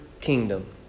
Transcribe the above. kingdom